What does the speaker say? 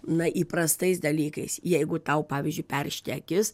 na įprastais dalykais jeigu tau pavyzdžiui peršti akis